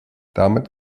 damit